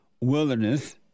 wilderness